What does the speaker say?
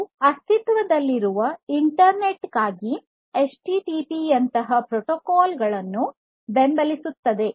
ಇದು ಅಸ್ತಿತ್ವದಲ್ಲಿರುವ ಇಂಟರ್ನೆಟ್ ಕ್ಕಾಗಿ ಎಚ್ ಟಿಟಿಪಿ ಪ್ರೋಟೋಕಾಲ್ ಗಳನ್ನು ಬೆಂಬಲಿಸುತ್ತದೆ